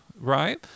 right